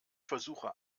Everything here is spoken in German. versuche